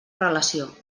relació